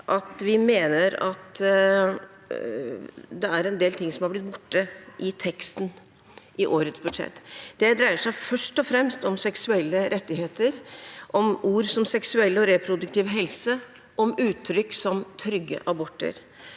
at det er en del ting som har blitt borte i teksten i årets budsjett. Det dreier seg først og fremst om seksuelle rettigheter, om ord som seksuell og reproduktiv helse, om uttrykk som trygge aborter.